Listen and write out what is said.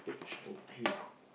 okay